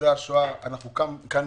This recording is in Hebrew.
ניצולי השואה, אנחנו כאן בזכותם,